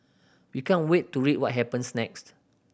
we can't wait to read what happens next